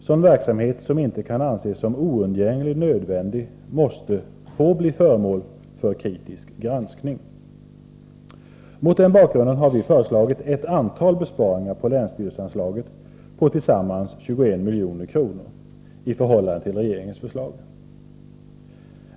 Sådan verksamhet som inte kan anses som oundgängligen nödvändig måste få bli föremål för kritisk granskning. Mot denna bakgrund har vi föreslagit ett antal besparingar på länsstyrelseanslaget på tillsammans 21 milj.kr. i förhållande till regeringens förslag.